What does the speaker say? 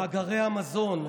מאגרי המזון.